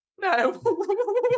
No